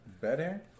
Better